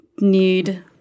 need